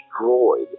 destroyed